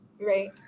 Right